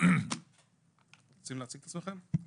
רוצים להציג את עצמכם?